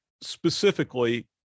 specifically